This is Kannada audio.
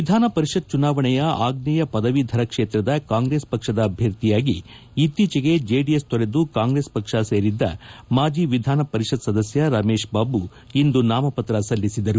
ವಿಧಾನ ಪರಿಷತ್ ಚುನಾವಣೆಯ ಆಗ್ವೇಯ ಪದವೀಧರ ಕ್ಷೇತ್ರದ ಕಾಂಗ್ರೆಸ್ ಪಕ್ಷದ ಅಭ್ಯರ್ಥಿಯಾಗಿ ಇತ್ತೀಚಿಗೆ ಜೆಡಿಎಸ್ ತೊರೆದು ಕಾಂಗ್ರೆಸ್ ಪಕ್ಷ ಸೇರಿದ್ದ ಮಾಜಿ ವಿಧಾನ ಪರಿಷತ್ ಸದಸ್ಯ ರಮೇಶ್ ಬಾಬು ಇಂದು ನಾಮಪತ್ರ ಸಲ್ಲಿಸಿದರು